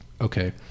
Okay